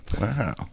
Wow